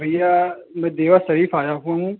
भैया मैं देवा शरीफ़ आया हुआ हूँ